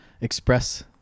express